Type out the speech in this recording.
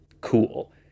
cool